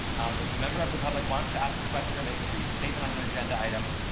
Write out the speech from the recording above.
if a member of the public wants to ask a question or make a brief statement on an agenda item.